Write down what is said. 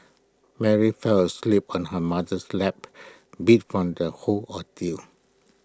Mary fell asleep on her mother's lap beat from the whole ordeal